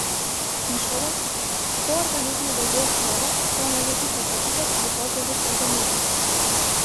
išvada kuo organizme daugiau chromo tuo mažesnis apetitas ir potraukis saldumynams